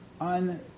on